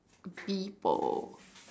people